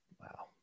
Wow